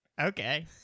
Okay